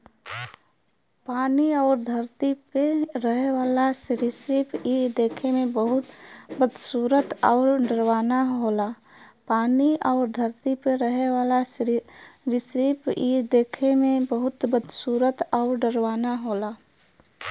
पानी आउर धरती पे रहे वाला सरीसृप इ देखे में बहुते बदसूरत आउर डरावना होला